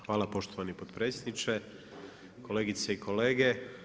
Hvala poštovani potpredsjedniče, kolegice i kolege.